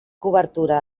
cobertura